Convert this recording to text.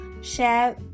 share